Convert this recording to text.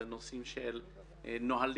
בנושאים של נהלים,